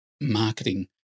marketing